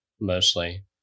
mostly